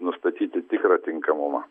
nustatyti tikrą tinkamumą